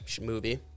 movie